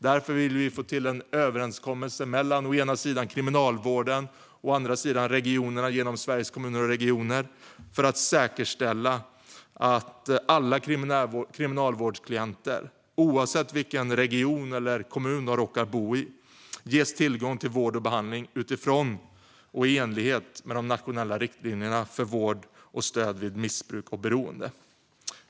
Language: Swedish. Därför vill få till en överenskommelse mellan å ena sidan Kriminalvården och å andra sidan regionerna genom Sveriges Kommuner och Regioner för att säkerställa att alla kriminalvårdsklienter, oavsett vilken region och kommun de råkar bo i, ges tillgång till vård och behandling utifrån behov och i enlighet med de nationella riktlinjerna för vård och stöd vid missbruk och beroende.